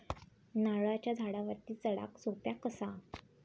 नारळाच्या झाडावरती चडाक सोप्या कसा?